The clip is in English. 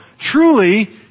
truly